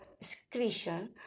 excretion